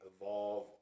Evolve